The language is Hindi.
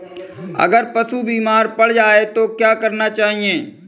अगर पशु बीमार पड़ जाय तो क्या करना चाहिए?